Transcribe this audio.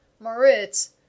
Moritz